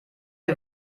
wir